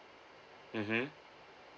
mmhmm